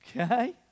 Okay